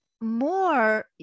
more